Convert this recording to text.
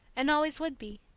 and always would be.